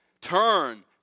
Turn